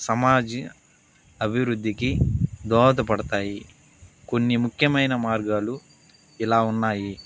సమాజ అభివృద్దికి దోహదపడతాయి కొన్ని ముఖ్యమైన మార్గాలు ఇలా ఉన్నాయి